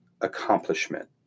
accomplishment